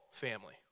family